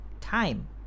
time